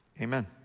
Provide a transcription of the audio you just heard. Amen